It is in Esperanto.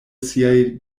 siaj